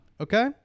Okay